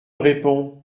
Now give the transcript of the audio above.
répond